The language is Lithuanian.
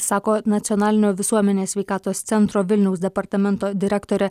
sako nacionalinio visuomenės sveikatos centro vilniaus departamento direktorė